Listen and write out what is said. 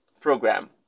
program